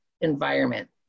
environment